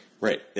Right